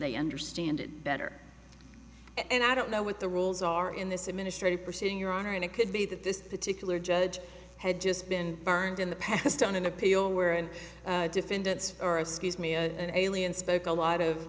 they understand it better and i don't know what the rules are in this administrative proceeding your honor and it could be that this particular judge had just been burned in the past on an appeal where and defendants or excuse me a and alien spoke a lot of